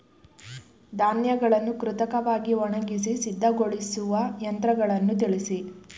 ಧಾನ್ಯಗಳನ್ನು ಕೃತಕವಾಗಿ ಒಣಗಿಸಿ ಸಿದ್ದಗೊಳಿಸುವ ಯಂತ್ರಗಳನ್ನು ತಿಳಿಸಿ?